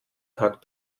tag